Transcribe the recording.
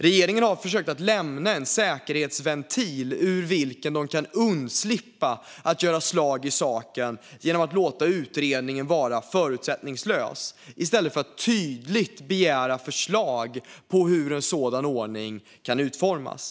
Regeringen har försökt att lämna en säkerhetsventil genom vilken de kan slippa undan att göra slag i saken genom att låta utredningen vara förutsättningslös i stället för att tydligt begära förslag på hur en sådan ordning kan utformas.